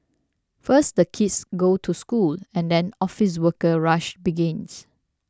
first the kids go to school and then office worker rush begins